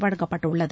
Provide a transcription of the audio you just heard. வழங்கப்பட்டுள்ளது